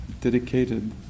dedicated